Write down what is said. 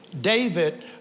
David